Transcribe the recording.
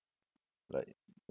like